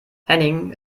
henning